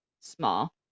small